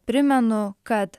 primenu kad